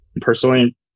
Personally